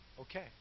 okay